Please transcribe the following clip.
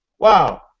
Wow